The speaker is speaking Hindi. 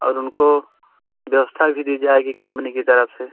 और उनको व्यवस्था भी दी जाएगी कम्पनी की तरफ़ से